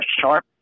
sharp